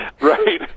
Right